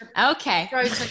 Okay